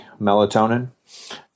melatonin